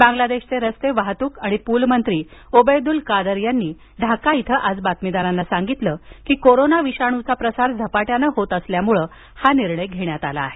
बांग्लादेशचे रस्ते वाहतुक आणि पुल मंत्री ओबेयदुल कादर यांनी ढाका इथं आज बातमीदारांना सांगितलं की कोरोना विषाणूचा प्रसार झपाट्यानं होत असल्यामुळं हा निर्णय घेण्यात आला आहे